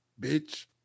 bitch